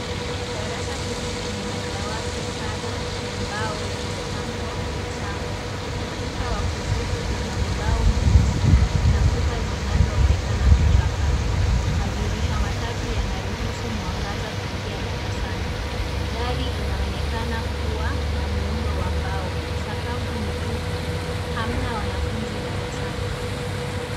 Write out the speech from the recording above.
Darasa tupu lenye madawati kadha ya mbao yaliyopangwa kwenye safu. Ukuta wa kushoto una ubao mweusi na Kuta zinazoonekana kuchakaa. Madirisha matatu yanaruhusu mwangaza kuingia darasani. Dari inaonekana kuwa na muundo wa mbao. Sakafu ni tupu .Hamna wanafunzi darasani